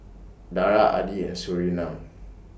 Dara Adi and Surinam